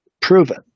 proven